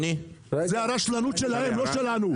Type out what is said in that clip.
זו הרשלנות שלהם, לא שלנו.